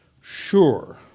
sure